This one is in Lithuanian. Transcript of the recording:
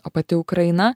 o pati ukraina